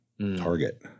Target